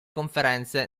conferenze